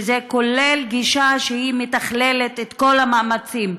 וזה כולל גישה שמתכללת את כל המאמצים,